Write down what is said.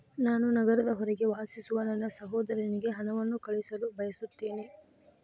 ನಾನು ನಗರದ ಹೊರಗೆ ವಾಸಿಸುವ ನನ್ನ ಸಹೋದರನಿಗೆ ಹಣವನ್ನು ಕಳುಹಿಸಲು ಬಯಸುತ್ತೇನೆ